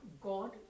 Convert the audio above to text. God